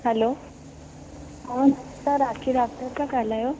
हलो ऐं तव्हां राखी डाक्टर था ॻाल्हायो